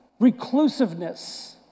reclusiveness